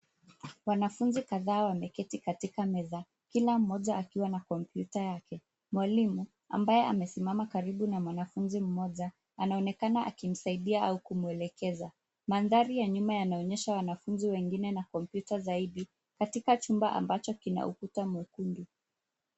Wanafunzi kadhaa wameketi katika meza kila mmoja akiwa na kompyuta yake. Mwalimu ambaye amesimama karibu na mwanafunzi mmoja, anaonekana akimsaidia au kumwelekeza. Mandhari ya nyuma yanaonyesha wanafuzi wengine na kompyuta zaidi katika chumba ambacho kina ukuta mwekundu.